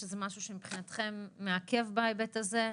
יש משהו שמבחינתכם מעכב בהיבט הזה?